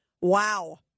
Wow